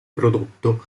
prodotto